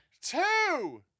Two